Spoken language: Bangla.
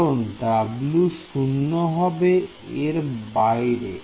কারণ W শূন্য হবে এর বাইরে